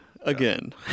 again